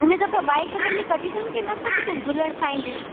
हिन दफ़े bike rally कॾहिं अथनि की न कॾहिं तन झूलण साईं जूं